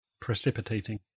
precipitating